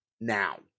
now